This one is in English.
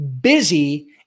busy